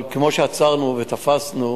אבל כמו שעצרנו ותפסנו,